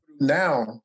now